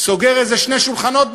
סוגר איזה שני שולחנות בחוץ.